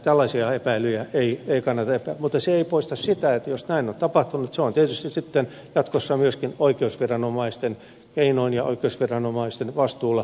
tällaisia epäilyjä ei kannata esittää mutta se ei poista sitä että jos näin on tapahtunut sen selvittäminen tapahtuu tietysti sitten jatkossa myöskin oikeusviranomaisten keinoin ja oikeusviranomaisten vastuulla